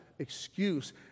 excuse